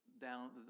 down